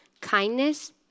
kindness